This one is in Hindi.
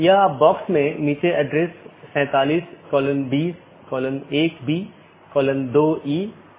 2 अपडेट मेसेज राउटिंग जानकारी को BGP साथियों के बीच आदान प्रदान करता है